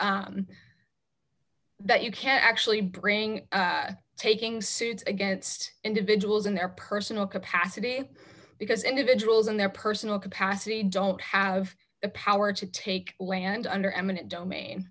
is that you can actually bring taking suits against individuals in their personal capacity because individuals in their personal capacity don't have the power to take land under eminent domain